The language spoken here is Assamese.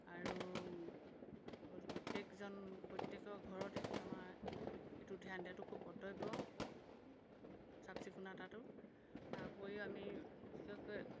আৰু প্ৰত্যেকজন প্ৰত্যেকৰ ঘৰতে আমাৰ সেইটো ধ্যান দিয়াটো সেইটো খুব কৰ্তব্য চাফচিকুণাতো তাৰ উপৰিও আমি বিশেষকৈ